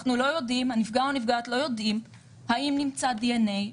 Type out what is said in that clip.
הנפגע או הנפגעת לא יודעים האם נמצא דנ"א,